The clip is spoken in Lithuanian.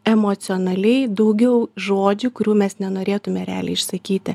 emocionaliai daugiau žodžių kurių mes nenorėtume realiai išsakyti